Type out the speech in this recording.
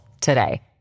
today